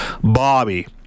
Bobby